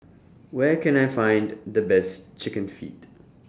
Where Can I Find The Best Chicken Feet